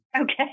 Okay